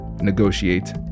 negotiate